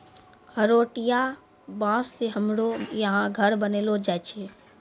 हरोठिया बाँस से हमरो यहा घर बनैलो जाय छै